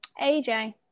AJ